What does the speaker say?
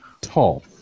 tall